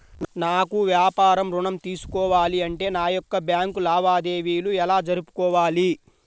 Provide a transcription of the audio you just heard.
నాకు వ్యాపారం ఋణం తీసుకోవాలి అంటే నా యొక్క బ్యాంకు లావాదేవీలు ఎలా జరుపుకోవాలి?